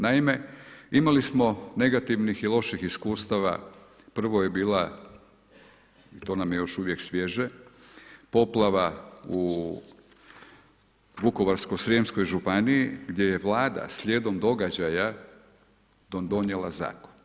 Naime, imali smo, negativnih i loših iskustava, prvo je bila to nam je još uvijek sviježe poplava u Vukovarsko srijemskoj županiji, gdje je Vlada slijedom događaja donijela zakon.